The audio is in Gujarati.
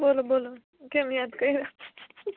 બોલો બોલો કેમ યાદ કર્યાં